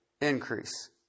increase